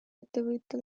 ettevõte